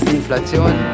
Inflation